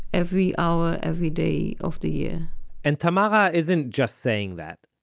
every hour, every day of the year and tamara isn't just saying that.